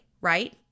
right